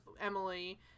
Emily